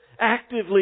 actively